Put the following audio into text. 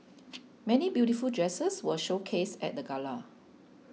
many beautiful dresses were showcased at the gala